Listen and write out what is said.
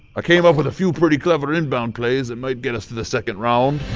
ah came up with a few pretty clever inbound plays that might get us to the second round.